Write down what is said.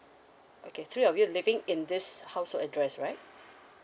okay three of you living in this household address right